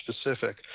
specific